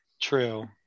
true